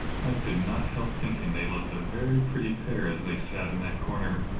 i could not help thinking they looked a very pretty pair as they sat in that corner.